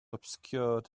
obscured